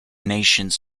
nations